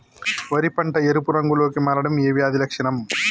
వరి పంట ఎరుపు రంగు లో కి మారడం ఏ వ్యాధి లక్షణం?